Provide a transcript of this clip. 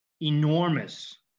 enormous